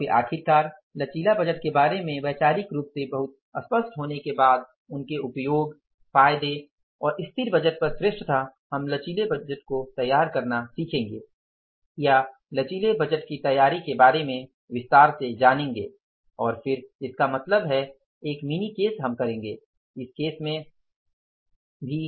और फिर आखिरकार लचीला बजट के बारे में वैचारिक रूप से बहुत स्पष्ट होने के बाद उनके उपयोग फायदे और स्थिर बजट पर श्रेष्ठता हम लचीले बजट को तैयार करना सीखेंगे या लचीले बजट की तैयारी के बारे में विस्तार से जानेंगे और फिर इसका मतलब है एक मिनी केस हम करेंगे इस केस में भी